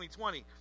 2020